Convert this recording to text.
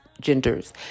genders